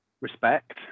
respect